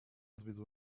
sowieso